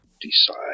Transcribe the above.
decide